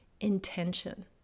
intention